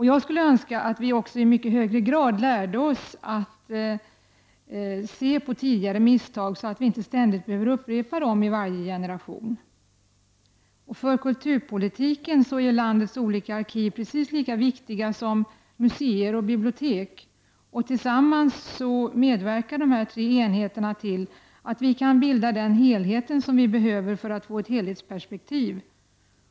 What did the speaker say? Jag skulle önska att vi också i mycket högre grad lärde oss att se på tidigare misstag, så att vi inte ständigt behöver upprepa dem i varje generation. För kulturpolitiken är landets olika arkiv precis lika viktiga som museer och bibliotek. Tillsammans medverkar dessa tre enheter till att vi kan bilda den helhet som vi behöver för att få ett bra perspektiv.